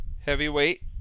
heavyweight